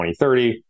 2030